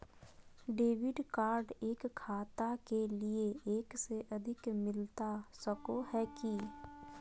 Debit card एक खाता के लिए एक से अधिक मिलता सको है की?